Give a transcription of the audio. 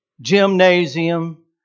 gymnasium